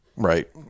Right